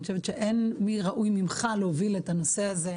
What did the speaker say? אני חושבת שאין ראוי ממך להוביל את הנושא הזה,